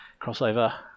crossover